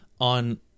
on